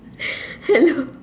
I know